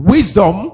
Wisdom